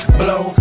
blow